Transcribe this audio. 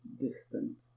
distant